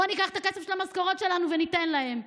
בואו ניקח את הכסף של המשכורת שלנו וניתן להם.